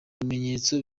bimenyetso